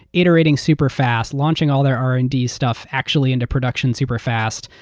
iterating super-fast, launching all their r and d stuff, actually into production super-fast.